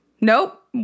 Nope